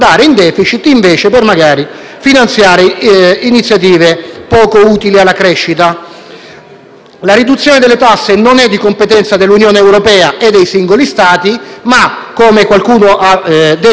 La riduzione delle tasse non è di competenza dell'Unione europea, ma dei singoli Stati. Come, però, qualcuno ha detto prima di me, si può, in sede europea, porre almeno il problema della concorrenza sleale intraeuropea